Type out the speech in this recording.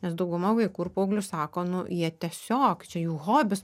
nes dauguma vaikų ir paauglių sako nu jie tiesiog čia jų hobis